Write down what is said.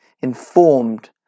informed